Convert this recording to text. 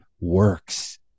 works